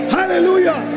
Hallelujah